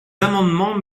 amendements